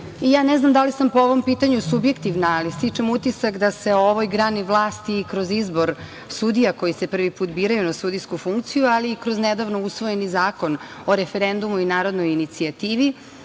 i ne znam da li sam po ovom pitanju subjektivna, ali stičem utisak da se o ovoj grani vlasti i kroz izbor sudija koji se prvi put biraju na sudijsku funkciju, ali i kroz nedavno usvojeni Zakon o referendumu i narodnoj inicijativi